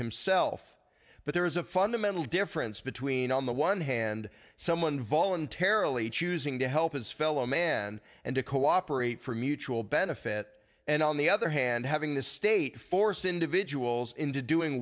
himself but there is a fundamental difference between on the one hand someone voluntarily choosing to help his fellow man and to co operate for mutual benefit and on the other hand having the state force in